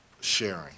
sharing